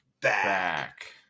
back